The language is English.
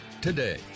today